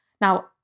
Now